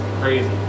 crazy